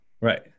Right